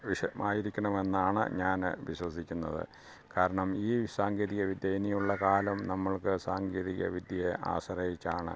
വിഷയമായിരിക്കണമെന്നാണ് ഞാൻ വിശ്വസിക്കുന്നത് കാരണം ഈ സാങ്കേതികവിദ്യ ഇനിയുള്ള കാലം നമ്മള്ക്ക് സാങ്കേതികവിദ്യയെ ആശ്രയിച്ചാണ്